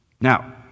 Now